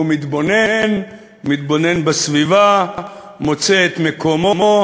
הוא מתבונן, מתבונן בסביבה, מוצא את מקומו.